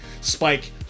Spike